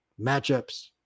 matchups